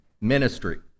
ministry